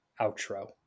outro